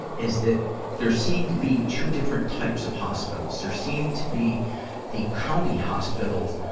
is that there seem to be two different types of hospitals. there seem to be the county hospitals,